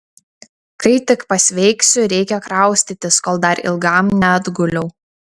kai tik pasveiksiu reikia kraustytis kol dar ilgam neatguliau